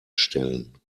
stellen